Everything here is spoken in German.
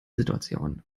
situation